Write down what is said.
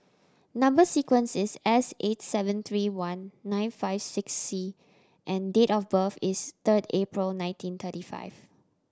number sequence is S eight seven three one nine five six C and date of birth is third April nineteen thirty five